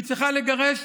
שהיא צריכה לגרש